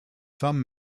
some